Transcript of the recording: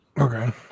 Okay